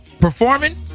Performing